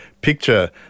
picture